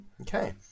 Okay